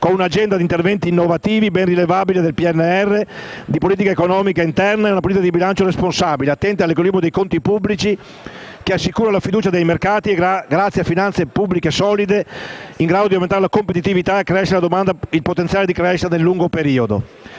con un'agenda di interventi innovativi - ben rilevabili nel PNR - di politica economica interna e una politica di bilancio responsabile, attenta all'equilibrio dei conti pubblici, che assicura la fiducia dei mercati grazie a finanze pubbliche solide, e in grado di aumentare la competitività e accrescere il potenziale di crescita nel lungo periodo.